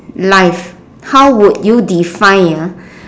life how would you define ah